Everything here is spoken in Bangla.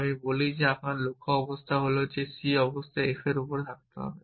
আমি বলি আমার লক্ষ্য অবস্থা হল যে c অবশ্যই f এর উপর থাকতে হবে